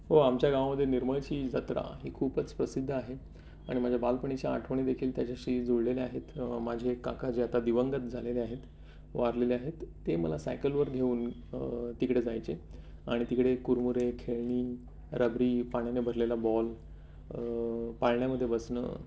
हो आमच्या गावामध्ये निर्मळची जत्रा ही खूपच प्रसिद्ध आहे आणि माझ्या बालपणीच्या आठवणी देखील त्याच्याशी जुळलेले आहेत माझे एक काका जे आता दिवंगत झालेले आहेत वारलेले आहेत ते मला सायकलवर घेऊन तिकडे जायचे आणि तिकडे कुरमुरे खेळणी रबरी पाण्याने भरलेला बॉल पाळण्यामध्ये बसणं